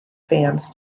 fans